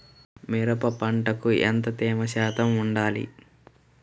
మిరప పంటకు ఎంత తేమ శాతం వుండాలి?